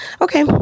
okay